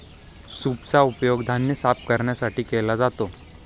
सूपचा उपयोग धान्य साफ करण्यासाठी केला जातो